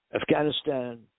Afghanistan